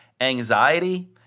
anxiety